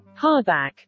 hardback